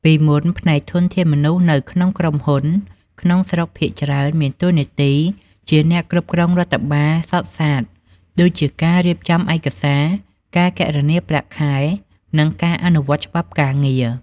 ពីមុន ផ្នែកធនធានមនុស្សនៅក្នុងក្រុមហ៊ុនក្នុងស្រុកភាគច្រើនមានតួនាទីជាអ្នកគ្រប់គ្រងរដ្ឋបាលសុទ្ធសាធ ដូចជាការរៀបចំឯកសារ ការគណនាប្រាក់ខែ និងការអនុវត្តច្បាប់ការងារ។